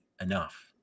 enough